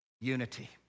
Unity